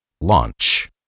Launch